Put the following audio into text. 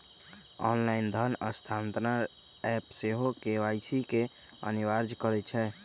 online धन स्थानान्तरण app सेहो के.वाई.सी के अनिवार्ज करइ छै